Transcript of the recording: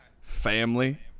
family